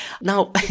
Now